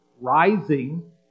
rising